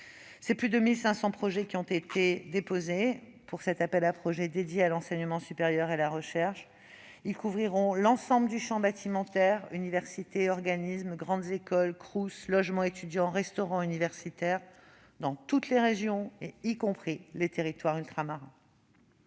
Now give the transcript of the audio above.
lancés. Plus de 1 500 dossiers ont été déposés dans le cadre de cet appel à projets dédié à l'enseignement supérieur et à la recherche. Ils couvrent l'ensemble du champ bâtimentaire : universités, organismes de recherche, grandes écoles, Crous, logements étudiants, restaurants universitaires, et ce dans toutes les régions, y compris les territoires ultramarins.